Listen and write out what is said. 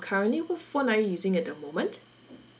currently what phone are you using at the moment